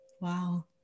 Wow